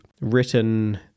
written